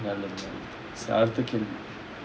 சாப்டுட்டு:saptutu